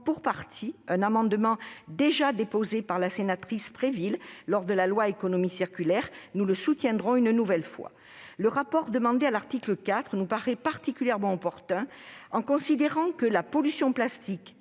pour partie, un amendement déjà déposé par la sénatrice Préville lors de l'examen de la loi AGEC. Nous le soutiendrons une nouvelle fois ! Le rapport demandé à l'article 4 nous paraît particulièrement opportun, considérant que la pollution par le